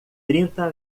trinta